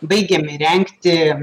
baigiam įrengti